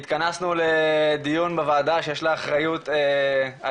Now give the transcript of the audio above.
התכנסנו לדיון בוועדה שיש לה אחריות על